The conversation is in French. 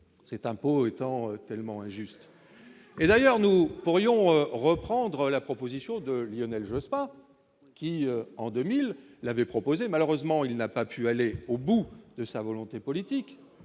cet impôt étant tellement injuste et d'ailleurs nous pourrions reprendre la proposition de Lionel Jospin qui, en 2000 l'avait proposé, malheureusement, il n'a pas pu aller au bout de sa volonté politique